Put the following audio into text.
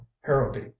harrowby